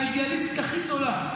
האידיאליסטית הכי גדולה.